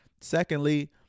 Secondly